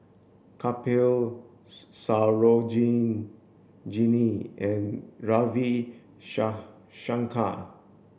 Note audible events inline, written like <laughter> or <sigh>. Kapil <unintelligible> and Ravi <unintelligible> Shankar